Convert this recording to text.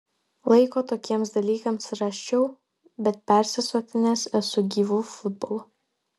laiko tokiems dalykams rasčiau bet persisotinęs esu gyvu futbolu